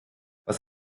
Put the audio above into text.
was